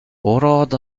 óráid